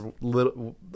little